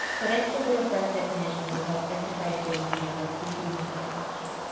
that extra bit of dark definition will help emphasize the illusion of a three d metallic object.